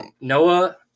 Noah